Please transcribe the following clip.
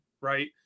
right